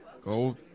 go